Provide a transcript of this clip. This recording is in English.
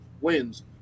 wins